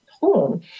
home